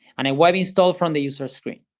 and a web install from the user's screen.